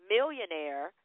Millionaire